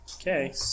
Okay